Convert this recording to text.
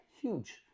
Huge